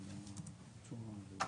ינון,